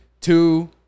two